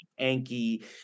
Anki